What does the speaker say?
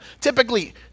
typically